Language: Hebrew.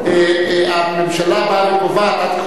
הממשלה באה וקובעת.